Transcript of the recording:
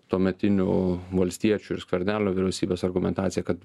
tuometinių valstiečių ir skvernelio vyriausybės argumentacija kad